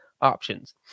options